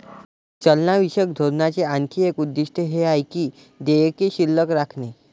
चलनविषयक धोरणाचे आणखी एक उद्दिष्ट हे आहे की देयके शिल्लक राखणे